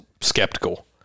Skeptical